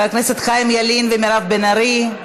חבר הכנסת חיים ילין ומירב בן ארי,